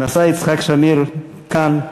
נשא יצחק שמיר כאן,